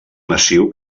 massiu